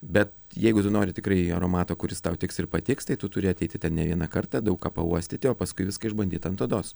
bet jeigu tu nori tikrai aromato kuris tau tiks ir patiks tai tu turi ateiti ten ne vieną kartą daug ką pauostyti o paskui viską išbandyt ant odos